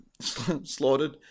slaughtered